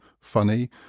funny